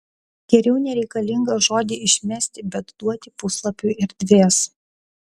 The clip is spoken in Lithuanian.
geriau nereikalingą žodį išmesti bet duoti puslapiui erdvės